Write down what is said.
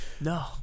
No